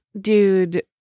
dude